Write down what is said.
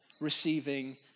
receiving